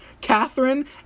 Catherine